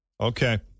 Okay